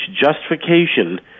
justification